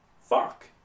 fuck